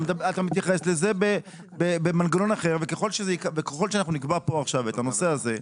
אתה מתייחס לזה במנגנון אחר וככל שאנחנו נקבע כאן עכשיו את הנושא הזה,